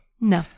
No